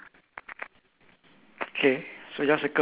there's a four pears on the tree